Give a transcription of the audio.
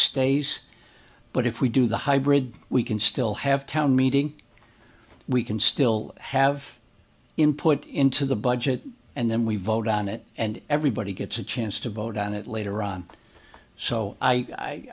stays but if we do the hybrid we can still have town meeting we can still have input into the budget and then we vote on it and everybody gets a chance to vote on it later on so i